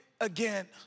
Again